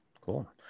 Cool